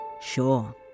Sure